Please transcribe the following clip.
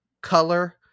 Color